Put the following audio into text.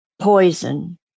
poison